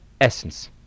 essence